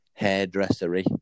hairdressery